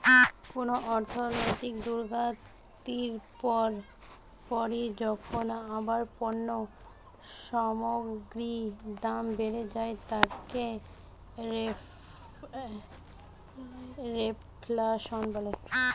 কুনো অর্থনৈতিক দুর্গতির পর পরই যখন আবার পণ্য সামগ্রীর দাম বেড়ে যায় তাকে রেফ্ল্যাশন বলে